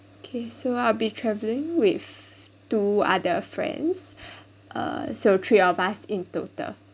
K so I'll be travelling with two other friends uh so three of us in total